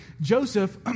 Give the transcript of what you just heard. Joseph